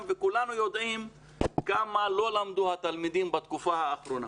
וכולנו יודעים כמה לא למדו התלמידים בתקופה האחרונה.